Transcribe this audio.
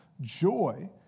Joy